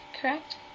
correct